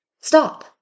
stop